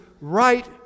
right